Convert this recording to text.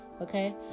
okay